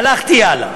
הלכתי הלאה.